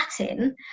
Latin